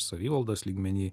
savivaldos lygmeny